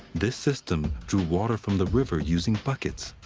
this system drew water from the river using buckets.